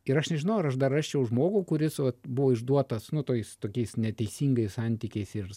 ir aš nežinau ar aš dar rasčiau žmogų kuris buvo išduotas nu tais tokiais neteisingais santykiais ir